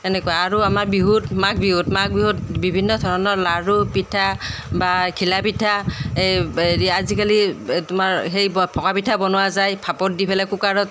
তেনেকুৱা আৰু আমাৰ বিহুত মাঘ বিহুত মাঘ বিহুত বিভিন্ন ধৰণৰ লাড়ু পিঠা বা ঘিলা পিঠা এ হেৰি আজিকালি তোমাৰ সেই ভকা পিঠা বনোৱা যায় ভাপত দি পেলাই কুকাৰত